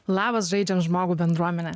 labas žaidžiam žmogų bendruomene